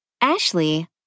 Ashley